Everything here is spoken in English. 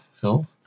cool